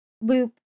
loop